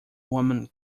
woman